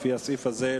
לפי הסעיף הזה,